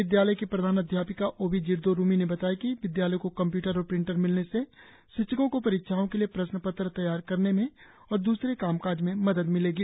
विद्यालय की प्रधानाध्यापिका ओबी जिरदो रुमी ने बताया कि विद्यालय को कंप्यूटर और प्रिंटर मिलने से शिक्षकों को परीक्षाओं के लिए प्रश्न पत्र तैयार करने में और दूसरे काम काज में मदद मिलेगी